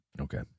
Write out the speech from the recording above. Okay